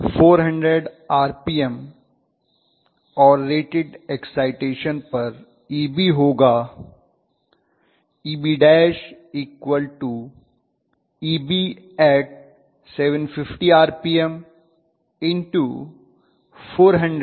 400 RPM और rated excitation पर Eb होगा Ebl Eb at 750rpm 400750